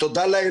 לאותה משפחה,